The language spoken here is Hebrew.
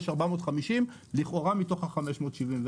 450 לכאורה מתוך ה-574.